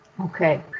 Okay